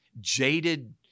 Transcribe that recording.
jaded